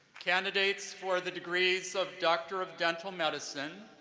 candidates for the degrees of doctor of dental medicine,